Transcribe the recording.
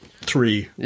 three